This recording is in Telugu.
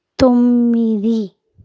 తొమ్మిది